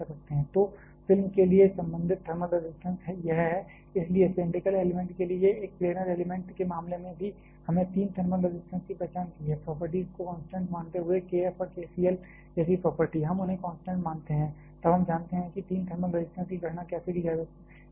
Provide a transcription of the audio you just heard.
तो फिल्म के लिए संबंधित थर्मल रजिस्टेंस यह है इसलिए सिलैंडरिकल एलिमेंट के लिए एक प्लेनर एलिमेंट के मामले में भी हमने तीन थर्मल रजिस्टेंजेस की पहचान की है प्रॉपर्टीज को कांस्टेंट मानते हुए k F और k c l जैसी प्रॉपर्टी हम उन्हें कांस्टेंट मानते हैं तब हम जानते हैं कि तीन थर्मल रजिस्टेंजेस की गणना कैसे की जाती है